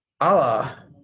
Allah